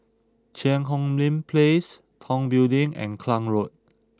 Cheang Hong Lim Place Tong Building and Klang Road